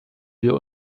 wir